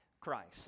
Christ